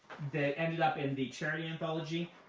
that ended up in the charity anthology